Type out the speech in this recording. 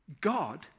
God